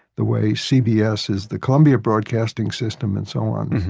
the way cbs is, the columbia broadcasting system and so on.